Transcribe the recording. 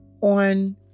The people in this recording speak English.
on